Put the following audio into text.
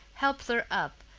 helped her up,